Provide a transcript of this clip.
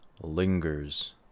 lingers